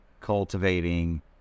cultivating